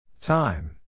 Time